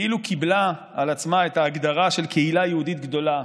כאילו קיבלה על עצמה את ההגדרה של קהילה יהודית גדולה,